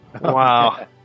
Wow